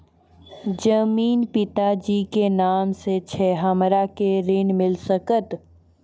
जमीन पिता जी के नाम से छै हमरा के ऋण मिल सकत?